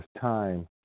time